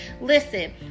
Listen